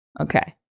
Okay